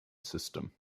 system